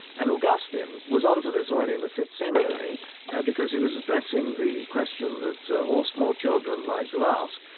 and augustine was onto this already in the fifth century because he was addressing the question that all small children like to ask,